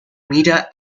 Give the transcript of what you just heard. media